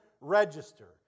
register